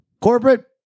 corporate